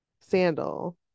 sandal